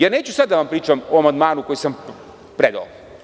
Neću sad da vam pričam o amandmanu koji sam predao.